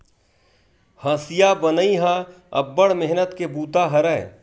हँसिया बनई ह अब्बड़ मेहनत के बूता हरय